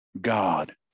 God